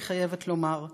אני חייבת לומר.